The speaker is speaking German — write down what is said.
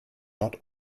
nord